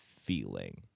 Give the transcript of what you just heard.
feeling